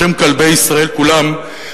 בשם כלבי ישראל כולם,